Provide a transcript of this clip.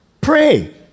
pray